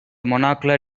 monocular